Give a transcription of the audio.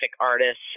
artists